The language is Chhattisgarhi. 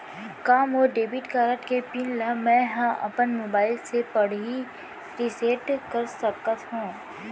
का मोर डेबिट कारड के पिन ल मैं ह अपन मोबाइल से पड़ही रिसेट कर सकत हो?